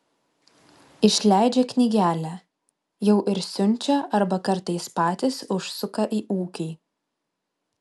išleidžia knygelę jau ir siunčia arba kartais patys užsuka į ūkį